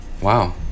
Wow